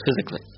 physically